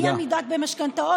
אי-עמידה במשכנתאות,